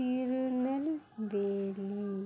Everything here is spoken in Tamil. திருநெல்வேலி